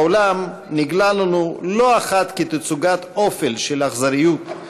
העולם נגלה לנו לא אחת כתצוגת אופל של אכזריות,